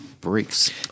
breaks